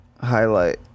highlight